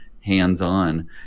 hands-on